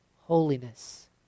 holiness